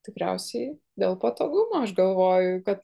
tikriausiai dėl patogumo aš galvoju kad